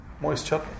moisture